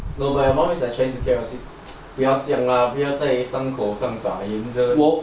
no my mum is like trying to tell your sis 不要这样啦不要在伤口上盐真是啊 a lah